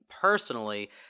Personally